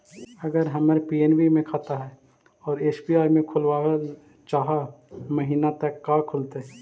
अगर हमर पी.एन.बी मे खाता है और एस.बी.आई में खोलाबल चाह महिना त का खुलतै?